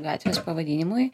gatvės pavadinimui